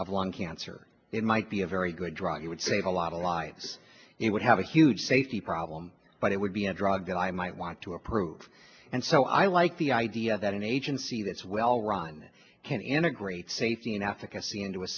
one can or it might be a very good drug you would save a lot of lives it would have a huge safety problem but it would be a drug that i might want to approve and so i like the idea that an agency that's well run can integrate safety and efficacy into a